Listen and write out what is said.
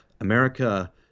america